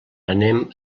anem